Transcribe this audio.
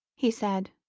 he said,